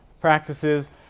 practices